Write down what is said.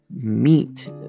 meet